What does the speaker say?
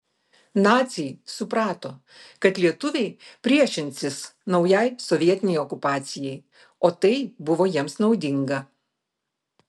naciai suprato kad lietuviai priešinsis naujai sovietinei okupacijai o tai buvo jiems naudinga